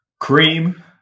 Cream